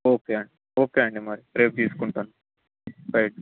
okay అండి okay అండి మరి రేపు తీసుకుంటాను రైట్